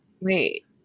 wait